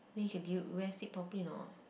then you can deal wear sit properly or not